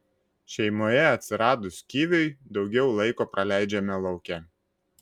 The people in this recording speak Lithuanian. šeimoje atsiradus kiviui daugiau laiko praleidžiame lauke